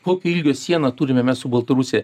kokio ilgio sieną turime mes su baltarusija